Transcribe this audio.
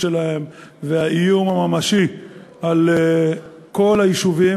הם לא עשבים שוטים.